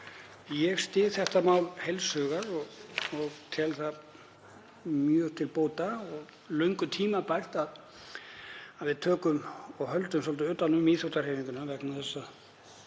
Ég styð þetta mál heils hugar og tel það mjög til bóta. Það er löngu tímabært að við tökum og höldum svolítið utan um íþróttahreyfinguna vegna þess að